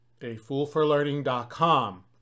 afoolforlearning.com